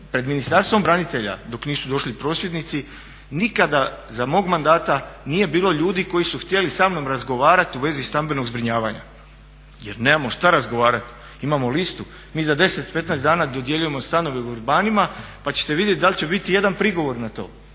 pred Ministarstvom branitelja dok nisu došli prosvjednici nikada za mog mandata nije bilo ljudi koji su htjeli sa mnom razgovarati u vezi stambenog zbrinjavanja jer nemamo što razgovarati. Imamo listu. Mi za 10, 15 dana dodjeljujemo stanove u Vrbanima pa ćete vidjeti da li će biti ijedan prigovor na to.